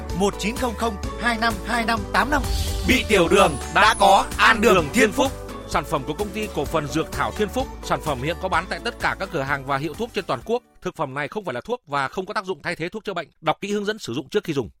1900252585. Bị tiểu đường, đã có An Đường Thiên Phúc. Sản phẩm của công ty cổ phần Dược Thảo Thiên Phúc. Sản phẩm hiện có bán tại tất cả các cửa hàng và hiệu thuốc trên toàn quốc. Thực phẩm này không phải là thuốc và không có tác dụng thay thế thuốc chữa bệnh. Đọc kỹ hướng dẫn sử dụng trước khi dùng.